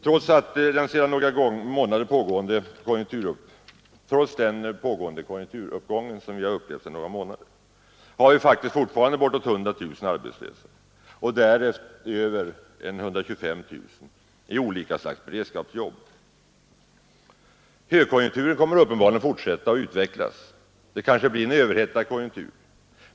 Trots den pågående konjunkturuppgång som vi upplever sedan några månader har vi fortfarande faktiskt bortåt 100 000 arbetslösa och därutöver 125 000 i olika slags beredskapsjobb. Högkonjunkturen kommer uppenbarligen att fortsätta och utvecklas. Det kanske blir en överhettad konjunktur.